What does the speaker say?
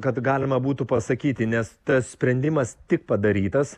kad galima būtų pasakyti nes tas sprendimas tik padarytas